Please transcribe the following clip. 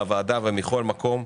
מהוועדה ומכל מקום.